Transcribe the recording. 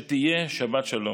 שתהיה שבת שלום,